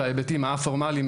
בהיבטים הא-פורמליים,